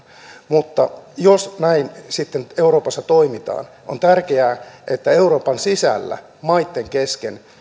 mutta jos näin sitten euroopassa toimitaan on tärkeää että euroopan sisällä maitten kesken